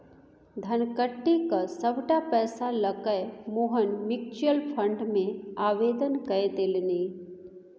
धनकट्टी क सभटा पैसा लकए मोहन म्यूचुअल फंड मे आवेदन कए देलनि